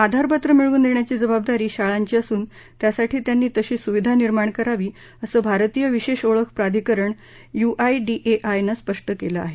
आधारपत्र मिळवून देण्याची जबाबदारी शाळांची असून त्यासाठी त्यांनी तशी सुविधा निर्माण करावी असं भारतीय विशेष ओळख प्राधिकरण युआयडीएआयनं स्पष्ट केलं आहे